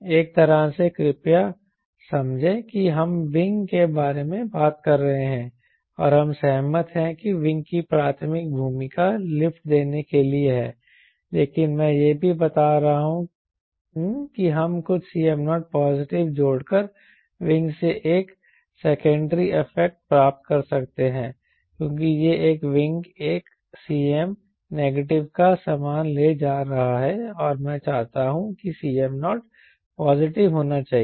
एक तरह से कृपया कृपया समझें कि हम विंग के बारे में बात कर रहे हैं और हम सहमत हैं कि विंग की प्राथमिक भूमिका लिफ्ट देने के लिए है लेकिन मैं यह भी बता रहा हूं कि हम कुछ Cm0 पॉजिटिव जोड़कर विंग से एक सेकेंडरी इफेक्ट प्राप्त कर सकते हैं क्योंकि यह विंग एक Cm नेगेटिव का सामान ले जा रहा है और मैं चाहता हूं कि Cm0 पॉजिटिव होना चाहिए